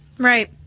Right